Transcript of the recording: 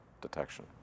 detection